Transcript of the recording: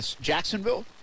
Jacksonville